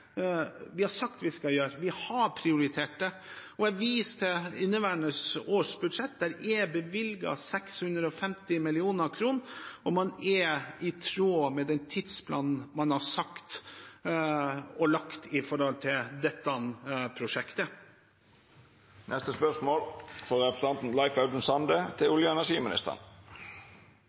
vi nettopp gjort det vi har sagt vi skal gjøre. Vi har prioritert det. Jeg viser til inneværende års budsjett: Det er bevilget 650 mill. kr, i tråd med den tidsplanen man har sagt – og lagt – for dette prosjektet. «Norge har muligheten til å utvikle løsninger og